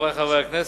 חברי חברי הכנסת,